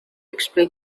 explain